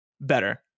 better